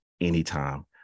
Anytime